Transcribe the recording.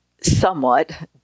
somewhat